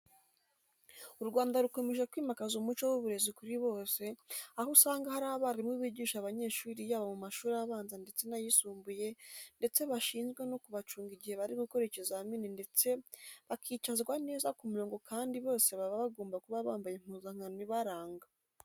U Rwanda rukomeje kwimakaza umuco w'uburezi kuri bose, aho usanga hari abarimu bigisha abanyeshuri yaba mu mashuri abanza ndetse n'ayisumbuye ndetse bashinzwe no kubacunga igihe bari gukora ikizamini ndetse bakicazwa neza ku murongo kandi bose baba bagomba kuba bambaye impuzankano ibaranga.